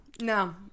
No